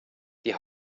die